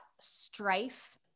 Strife